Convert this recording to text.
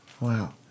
wow